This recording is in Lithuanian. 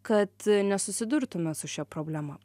kad nesusidurtume su šia problema